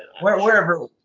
Wherever